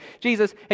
Jesus